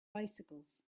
bicycles